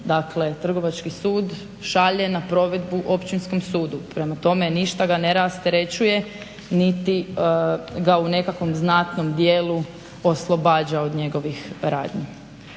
Dakle, Trgovački sud šalje na provedbu Općinskom sudu, prema tome ništa ga ne rasterećuje niti ga u nekakvom znatnom dijelu oslobađa od njegovih radni.